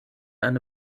eine